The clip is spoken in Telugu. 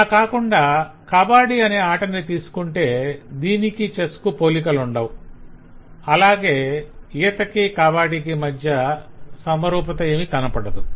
అలా కాకుండా కబాడీ అనే ఆటను తీసుకొంటే దీనికి చెస్ కు పోలికలు కనపడవు అలాగే ఈతకి కబాడికి మధ్య కూడా సమరూపత ఏమీ కనపడదు